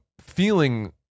feeling